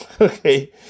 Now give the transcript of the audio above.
Okay